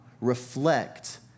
reflect